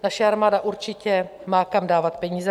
Naše armáda určitě má kam dávat peníze.